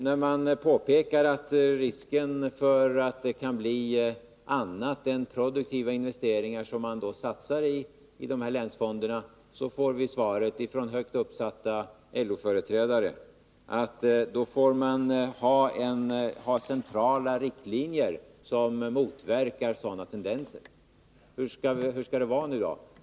När man påpekar att risken för att det kan bli annat än produktiva investeringar som man satsar i de här länsfonderna, får man svaret från högt uppsatta LO-företrädare att det skall finnas centrala riktlinjer som motverkar sådana tendenser. Hur skall det vara då?